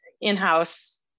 in-house